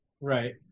Right